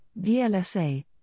BLSA